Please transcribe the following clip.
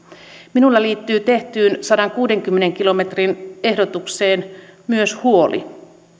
minulla liittyy tehtyyn sadankuudenkymmenen kilometrin ehdotukseen myös huoli